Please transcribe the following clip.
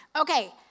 Okay